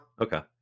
Okay